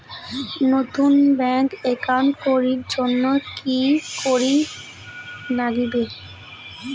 নতুন bank account করির জন্যে কি করিব নাগিবে?